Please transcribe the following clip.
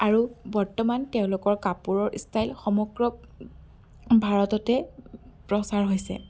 আৰু বৰ্তমান তেওঁলোকৰ কাপোৰৰ ষ্টাইল সমগ্ৰ ভৰততে প্ৰচাৰ হৈছে